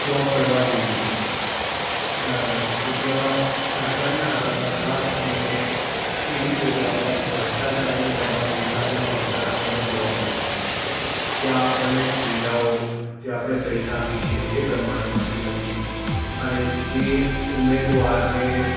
job કરવા જઈએ બરાબર તો ત્યાં સરકારી ખાતામાં ખાસ કરીને એવી જગ્યાઓમાં ભ્રષ્ટાચારનું પ્રમાણ વધારે વધારે આપણને જોવા મળે છે ત્યાં આપણને સુવિધાઓ જે આપણે પૈસા આપીએ છીએ એ પ્રમાણે મળતી નથી અને જે ઉમેદવારને